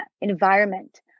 environment